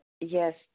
Yes